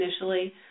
initially